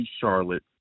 Charlotte